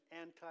anti